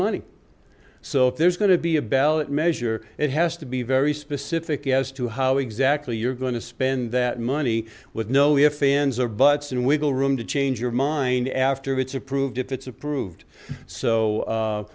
money so if there's going to be a ballot measure it has to be very specific as to how exactly you're going to spend that money with no if fans or buts and wiggle room to change your mind after it's approved if it's approved so